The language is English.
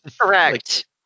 Correct